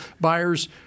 buyers